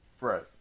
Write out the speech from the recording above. Right